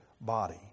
body